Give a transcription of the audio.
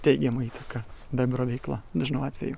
teigiamą įtaką bebrų veiklą dažnu atveju